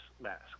Mask